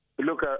Look